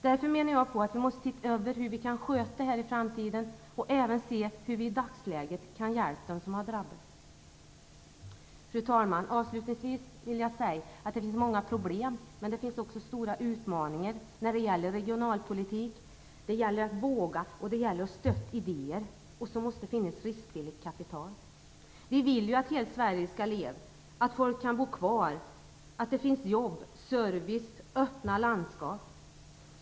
Därför menar jag att vi måste se över hur vi kan sköta detta i framtiden och även se hur vi i dagsläget kan hjälpa dem som har drabbats. Fru talman! Avslutningsvis vill jag säga att det finns många problem, men det finns också stora utmaningar när det gäller regionalpolitiken. Det gäller att våga och att stötta idéer. Det måste också finnas riskvilligt kapital. Vi vill ju att hela Sverige skall leva, att folk skall kunna bo kvar, att det finns jobb, service och öppna landskap.